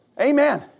Amen